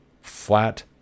Flat